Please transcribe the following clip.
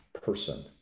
person